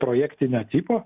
projektinio tipo